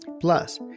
Plus